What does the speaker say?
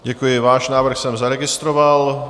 Děkuji, váš návrh jsem zaregistroval.